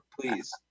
please